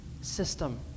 system